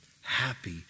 happy